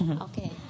Okay